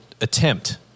attempt